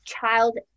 child